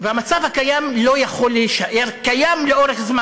-- ומדינת ישראל, זאת האופציה הראשונה.